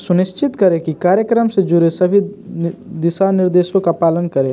सुनिश्चित करें कि कार्यक्रम से जुड़े सभी दिशानिर्देशों का पालन करें